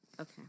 okay